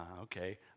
Okay